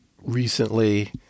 recently